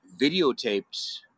videotaped